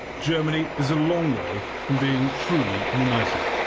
germany is a long way from being truly united.